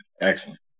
Excellent